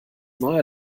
neuer